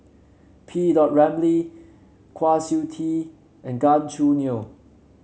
P dot Ramlee Kwa Siew Tee and Gan Choo Neo